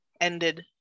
ended